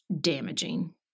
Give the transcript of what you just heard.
damaging